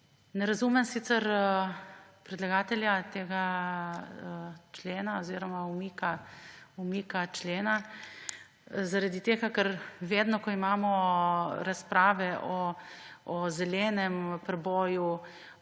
Ne razumem sicer predlagatelja tega člena oziroma umika člena, zaradi tega, ker vedno, ko imamo razprave o zelenem preboju,